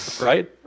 right